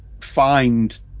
find